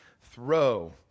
throw